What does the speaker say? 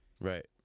Right